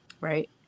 right